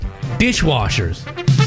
Dishwashers